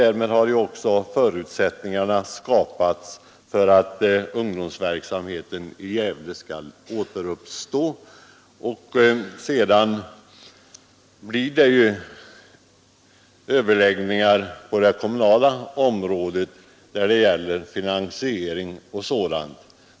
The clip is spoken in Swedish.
Därmed har också förutsättningarna skapats för att ungdomsverksamheten i Gävle skall återuppstå, och sedan blir det ju överläggningar på det kommunala området när det gäller finansiering och sådant.